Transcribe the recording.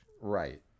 Right